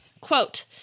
Quote